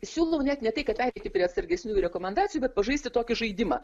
siūlau net ne tai kad pereiti prie atsargesniųjų rekomendacijų bet pažaisti tokį žaidimą